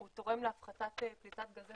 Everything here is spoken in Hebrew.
הוא תורם להפחתת פליטת גזי